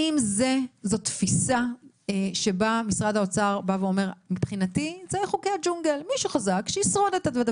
זו תפיסה שבה משרד האוצר אומר שמדובר בחוקי הג'ונגל ומי שחזק ישרוד.